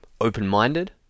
open-minded